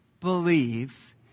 believe